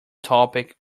topic